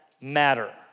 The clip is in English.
matter